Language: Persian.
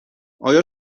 آیا